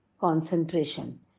Concentration